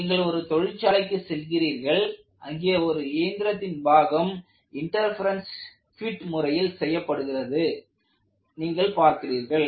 நீங்கள் ஒரு தொழிற்சாலைக்கு செல்கிறீர்கள் அங்கே ஒரு இயந்திரத்தின் பாகம் இன்டர்பெரென்ஸ் பிட் முறையில் செய்யப்படுகிறது நீங்கள் பார்க்கிறீர்கள்